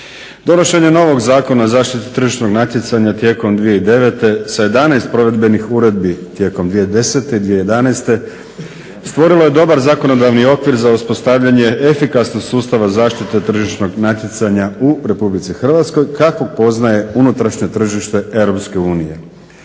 Donošenje novog Zakona o zaštiti tržišnog natjecanja tijekom 2009. sa 11 provedbenih uredbi tijekom 2010. i 2011. stvorilo je dobar zakonodavni okvir za uspostavljanje efikasnog sustava zaštite tržišnog natjecanja u Republici Hrvatskoj kakvo poznaje unutrašnje tržište EU.